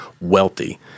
wealthy